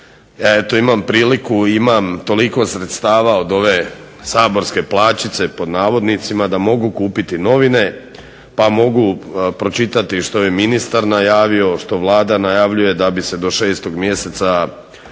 Imam priliku i imam toliko sredstava od ove "saborske plaćice" da mogu kupiti novine pa mogu pročitati što je ministar najavio, što Vlada najavljuje da bi se do 6.mjeseca legalizirali